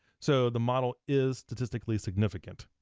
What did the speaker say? so the model is statistically significant.